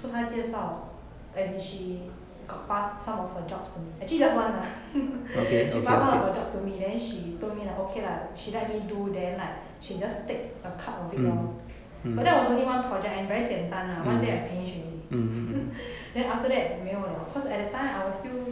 so 他介绍 as as in she got pass some of her jobs to me actually just one lah she pass one of her job to me and then she told me that okay lah she let me do then like she just take a cut of it lor but that was only one project and very 简单 [one] one day I finish already then after that 没了 because at that time I was still